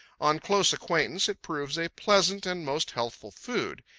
on close acquaintance it proves a pleasant and most healthful food.